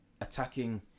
Attacking